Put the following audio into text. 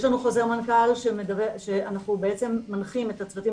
יש לנו חוזר מנכ"ל שאנחנו בעצם מנחים את הצוותים